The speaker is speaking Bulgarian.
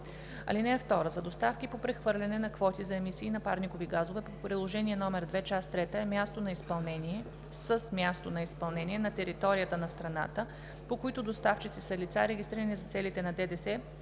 закона. (2) За доставки по прехвърляне на квоти за емисии на парникови газове по приложение № 2, част трета с място на изпълнение на територията на страната, по които доставчици са лица, регистрирани за целите на ДДС